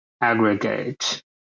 aggregate